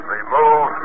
Remove